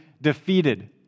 defeated